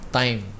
time